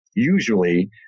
Usually